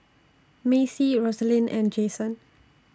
Macy Rosalyn and Jasen